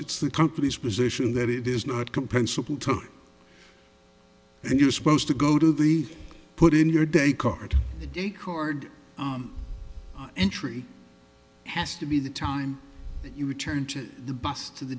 it's the company's position that it is not compensable time and you're supposed to go to the put in your day card a chord entry has to be the time you return to the bus to the